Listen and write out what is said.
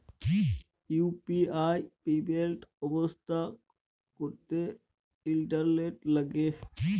UPI payment ব্যবস্থা ক্যরতে internet ল্যাগে